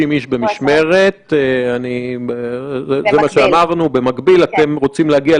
אני אומרת שתהיה התייחסות גם לקריטריונים